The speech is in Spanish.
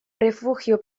refugio